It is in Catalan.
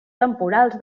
temporals